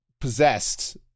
possessed